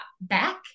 back